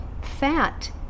fat